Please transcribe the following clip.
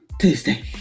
tuesday